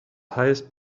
highest